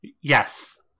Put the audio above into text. Yes